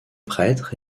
prêtre